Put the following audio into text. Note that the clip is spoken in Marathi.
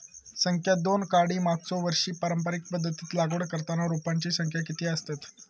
संख्या दोन काडी मागचो वर्षी पारंपरिक पध्दतीत लागवड करताना रोपांची संख्या किती आसतत?